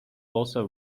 also